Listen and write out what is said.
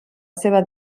seva